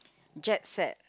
jet set